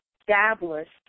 established